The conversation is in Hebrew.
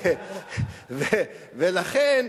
ולכן,